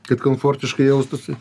kad komfortiškai jaustųsi